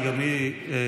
כי גם היא אליך,